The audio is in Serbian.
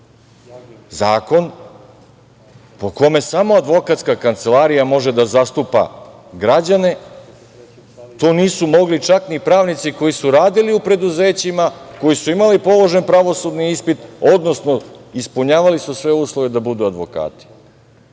zakon po kome samo Advokatska kancelarija može da zastupa građane. To nisu mogli čak ni pravnici koji su radili u preduzećima, koji su imali položen pravosudni ispit, odnosno ispunjavali su sve uslove da budu advokati